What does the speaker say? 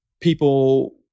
people